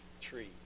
tree